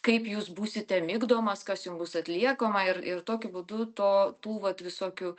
kaip jūs būsite migdomas kas jum bus atliekama ir ir tokiu būdu to tų vat visokių